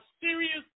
serious